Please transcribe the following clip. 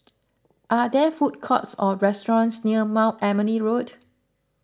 are there food courts or restaurants near Mount Emily Road